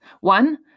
one